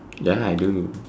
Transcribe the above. ya lah I do